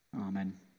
Amen